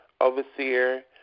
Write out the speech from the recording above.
overseer